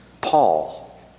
Paul